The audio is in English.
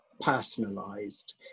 personalized